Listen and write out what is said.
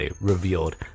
revealed